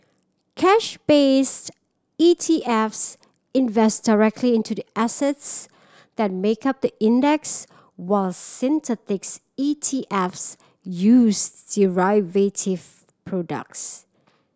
cash based E T Fs invest directly into the assets that make up the index while synthetic E T Fs use derivative products